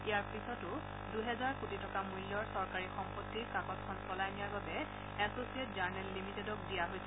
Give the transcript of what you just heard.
ইয়াৰ পিছতো দুহেজাৰ কোটি টকা মূল্যৰ চৰকাৰী সম্পত্তি কাকতখন চলাই নিয়াৰ বাবে এছোচিয়েট জাৰ্ণেল লিমিটেডক দিয়া হৈছিল